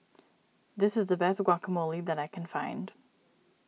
this is the best Guacamole that I can find